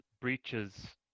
breaches